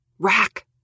Rack